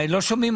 את יודעת